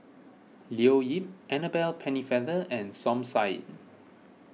Leo Yip Annabel Pennefather and Som Said